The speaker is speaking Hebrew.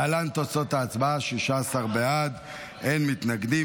להלן תוצאות ההצבעה: 16 בעד, אין מתנגדים.